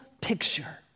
picture